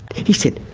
he said,